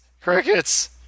crickets